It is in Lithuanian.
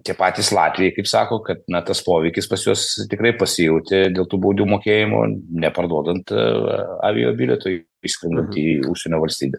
tie patys latviai kaip sako kad na tas poveikis pas juos tikrai pasijautė dėl tų baudų mokėjimų neparduodant aviabilieto išskrendant į užsienio valstybę